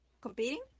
Competing